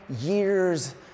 years